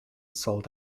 sold